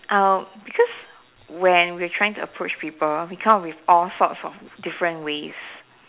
I because when we are trying to approach people we came up with all sorts of different ways